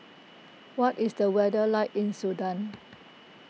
what is the weather like in Sudan